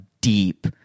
deep